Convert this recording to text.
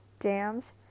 dams